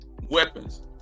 weapons